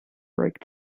brake